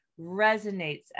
resonates